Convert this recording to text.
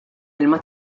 ilma